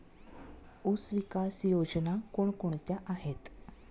ऊसविकास योजना कोण कोणत्या आहेत?